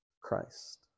Christ